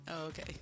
Okay